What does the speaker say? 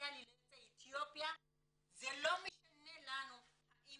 הדיפרנציאלי ליוצאי אתיופיה זה לא משנה לנו האם